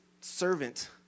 servant